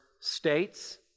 states